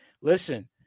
listen